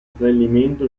snellimento